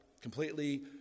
Completely